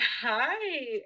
Hi